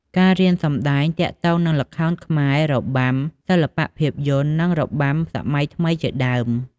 ការរៀនសម្តែងទាក់ទងនឹង ល្ខោនខ្មែរ របាំបុរាណ សិល្បៈភាពយន្ត និងរបាំសម័យថ្មីជាដើម។